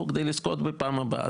כדי לזכות בפעם הבאה.